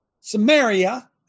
Samaria